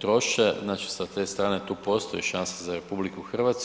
troše., znači, sa te strane tu postoji šansa za RH.